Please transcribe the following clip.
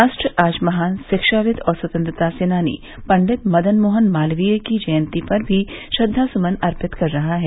राष्ट्र आज महान शिक्षाविद और स्वतंत्रता सेनानी पण्डित मदन मोहन मालवीय की जयन्ती पर भी श्रद्वा समन अर्पित कर रहा है